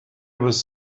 was